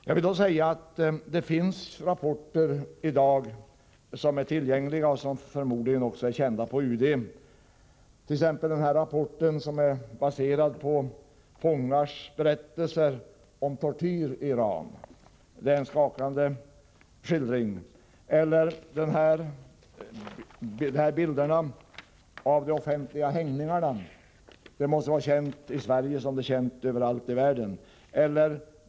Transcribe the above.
Jag vill säga att det i dag finns rapporter som är tillgängliga och som förmodligen också är kända på UD. Jag har här en rapport som är baserad på fångars berättelser om tortyr i Iran — det är en skakande skildring. Bilderna av offentliga hängningar måste vara kända i Sverige liksom de är kända överallt i världen.